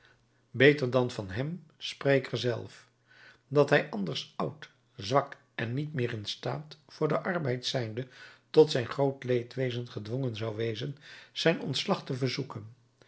beter dan van hem spreker zelf dat hij anders oud zwak en niet meer in staat voor den arbeid zijnde tot zijn groot leedwezen gedwongen zou wezen zijn ontslag te verzoeken